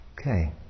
Okay